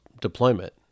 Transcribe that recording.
deployment